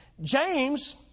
James